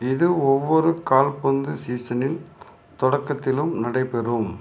இது ஒவ்வொரு கால்பந்து சீசனில் தொடக்கத்திலும் நடைபெறும்